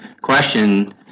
question